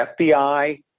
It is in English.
FBI